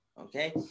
Okay